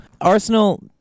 Arsenal